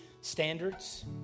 standards